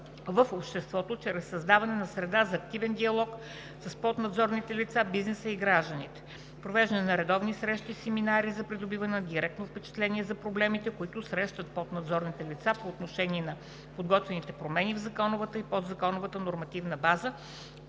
в обществото чрез създаване на среда за активен диалог с поднадзорните лица, бизнеса и гражданите. Провеждане на редовни срещи, семинари за придобиване на директно впечатление за проблемите, които срещат поднадзорните лица по отношение на подготвяните промени в законовата и подзаконовата нормативна база,